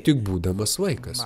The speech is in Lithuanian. tik būdamas vaikas